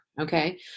okay